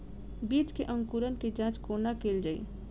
बीज केँ अंकुरण केँ जाँच कोना केल जाइ?